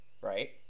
right